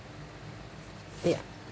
ya